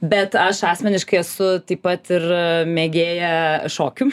bet aš asmeniškai esu taip pat ir mėgėja šokių